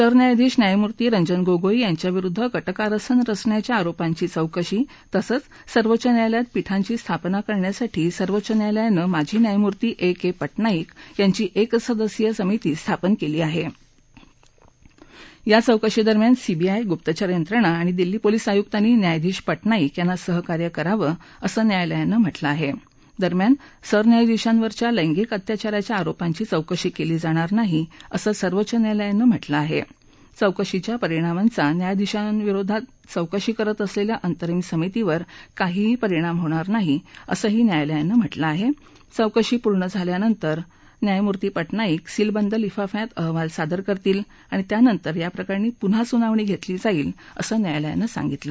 सरन्यायाधीश न्यायमूर्ती रंजन गोगोई यांच्याविरुद्ध कटकारस्थान रचण्याच्या आरोपांची चौकशी तसंच सर्वोच्च न्यायालयात पीठांची स्थापना करण्यासाठी सर्वोच्च न्यायालयानं माजी न्यायमूर्ती ए क पेटनाईक यांची एक सदस्यीय समिती स्थापन क्वी आहा आ चौकशीदरम्यान सीबीआय गुप्तचर यंत्रणा आणि दिल्ली पोलीस आयुकांनी न्यायाधीश पटनाईक यांना सहकार्य कराव असं न्यायालयानं म्हटलं आह दरम्यान सरन्यायाधीशावरील लैंगिक अत्याचाराच्या आरोपांची चौकशी क्ली जाणार नाही असं सर्वोच्च न्यायालयानं म्हटलं आहा चौकशीच्या परिणामांचा न्यायाधीशांविरोधात चौकशी करत असलल्या अंतरिम समितीवर काहीही परिणाम होणार नाही असंही न्यायालयानं म्हटलं आहा ब्रौकशी पूर्ण झाल्यानंतर न्यायमूर्ती पटनाईक सीलबंद लिफाफ्यात अहवाल सादर करतील आणि त्यानंतर याप्रकरणी पुन्हा सुनावणी घत्तिली जाईल असं न्यायालयानं सांगितलं